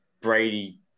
Brady